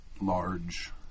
large